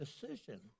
decision